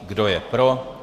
Kdo je pro?